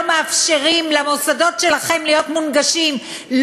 מאפשרים למוסדות שלכם להיות מונגשים,